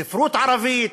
ספרות ערבית,